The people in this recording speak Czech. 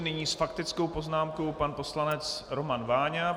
Nyní s faktickou poznámkou pan poslanec Roman Váňa.